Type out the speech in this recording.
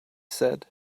said